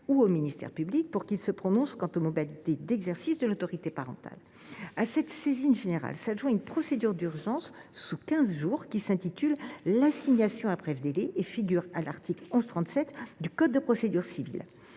ou au ministère public, afin qu’il se prononce quant aux modalités d’exercice de l’autorité parentale. À cette saisine générale s’adjoint une procédure d’urgence mise en œuvre sous quinze jours, l’assignation à bref délai, qui figure à l’article 1137 du code de procédure civile.